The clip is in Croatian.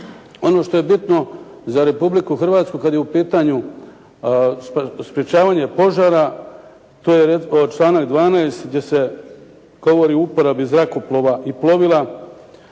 Ono što je bitno za Republiku Hrvatsku kad je u pitanju sprječavanje požara, to je članak 12. gdje se govori o uporabi zrakoplova i plovila.